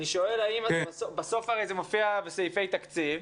בסוף הרי זה מופיע בסעיפי תקציב.